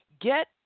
get